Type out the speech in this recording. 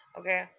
okay